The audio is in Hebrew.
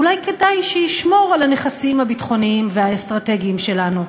אולי כדאי שישמור על הנכסים הביטחוניים והאסטרטגיים שלנו,